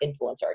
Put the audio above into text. Influencer